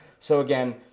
so, again,